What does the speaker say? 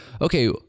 okay